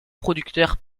producteur